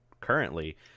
currently